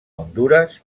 hondures